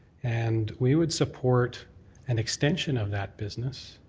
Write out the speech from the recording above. and we would support an extension of that business